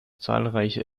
zahlreiche